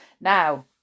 Now